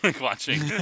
watching